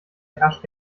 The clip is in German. herrscht